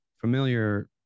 familiar